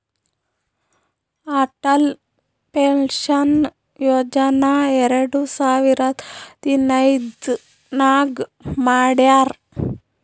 Atal pension ಯೋಜನಾ ಎರಡು ಸಾವಿರದ ಹದಿನೈದ್ ನಾಗ್ ಮಾಡ್ಯಾರ್